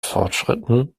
fortschritten